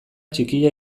txikia